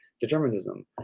determinism